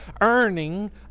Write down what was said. earning